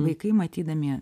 vaikai matydami